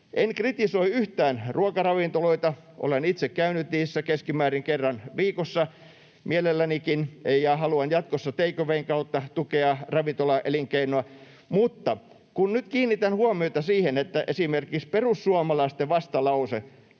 En kritisoi yhtään ruokaravintoloita — olen itse käynyt niissä keskimäärin kerran viikossa mielellänikin ja haluan jatkossa take awayn kautta tukea ravintolaelinkeinoa — mutta nyt kiinnitän huomiota siihen, että esimerkiksi perussuomalaisten vastalause